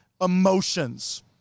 emotions